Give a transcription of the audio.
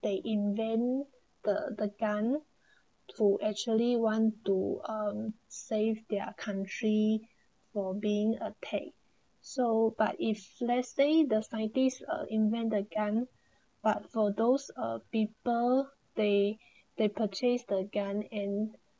they invent the begun to actually want to um save their country for being uh attack so but if let's say the scientists or invent the gun but for those are people they wan a gun and